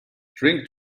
drink